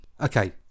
Okay